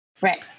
Right